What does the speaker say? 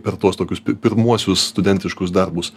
per tuos tokius pirmuosius studentiškus darbus